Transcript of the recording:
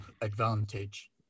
advantage